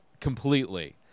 completely